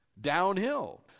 Downhill